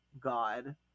God